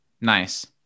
Nice